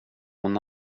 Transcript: hon